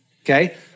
okay